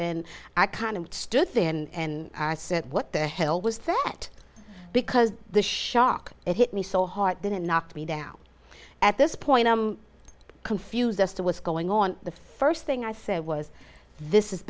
and i kind of stood there and i said what the hell was that because the shock it hit me so hard that it knocked me down at this point i'm confused as to what's going on the first thing i said was this is